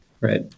right